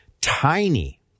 tiny